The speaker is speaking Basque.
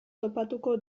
topatuko